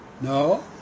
no